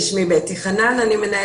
כאשר אנחנו מדברים על עבירות אלימות,